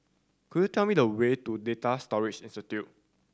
could you tell me the way to Data Storage Institute